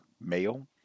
male